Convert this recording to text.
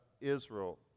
israel